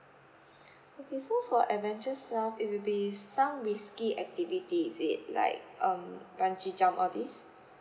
okay so for adventure self it will be some risky activity is it like um bungee jump all this